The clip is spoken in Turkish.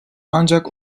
ancak